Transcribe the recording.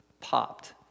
popped